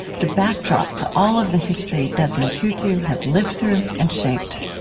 the backdrop to all of the history desmond tutu has lived through and shaped